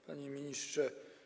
Panie Ministrze!